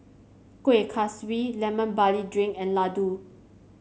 Kueh Kaswi Lemon Barley Drink and laddu